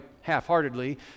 half-heartedly